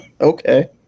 Okay